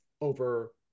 over